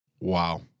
Wow